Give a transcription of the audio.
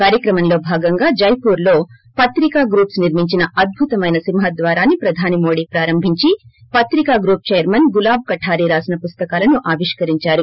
కార్యక్రమంలో భాగంగా జైపూర్లో పత్రికా గూప్స్ నిర్మించిన అద్భుతమైన సింహద్వారాన్ని ప్రధాని మోడీ ప్రారంభించి పత్రికా గూప్ చైర్మన్ గులాట్ కఠారి రాసిన పుస్తకాలను ఆవిష్కరించారు